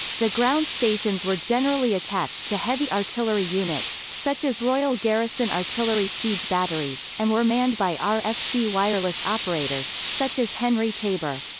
the ground stations were generally attached to heavy artillery units, such as royal garrison artillery siege batteries, and were manned by ah rfc wireless operators, such as henry tabor.